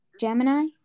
Gemini